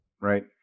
Right